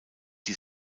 die